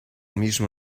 mismo